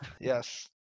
yes